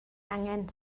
angen